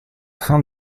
fin